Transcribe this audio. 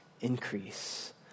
increase